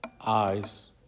eyes